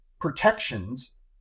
protections